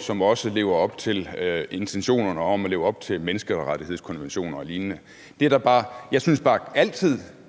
som også lever op til intentionerne om at leve op til menneskerettighedskonventioner og lignende. Jeg synes bare altid,